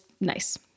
nice